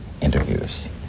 interviews